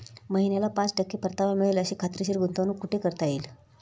महिन्याला पाच टक्के परतावा मिळेल अशी खात्रीशीर गुंतवणूक कुठे करता येईल?